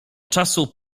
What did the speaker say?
czasu